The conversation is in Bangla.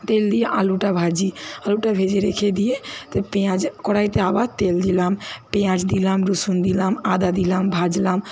তেল দিয়ে আলুটা ভাজি আলুটা ভেজে রেখে দিয়েতে পেঁয়াজ কড়াইতে আবার তেল দিলাম পেঁয়াজ দিলাম রসুন দিলাম আদা দিলাম ভাজলাম